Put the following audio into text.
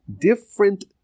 different